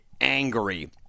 angry